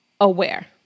aware